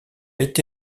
été